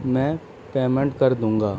میں پیمنٹ کر دوں گا